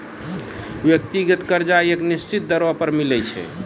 व्यक्तिगत कर्जा एक निसचीत दरों पर मिलै छै